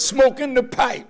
smoking the pi